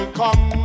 come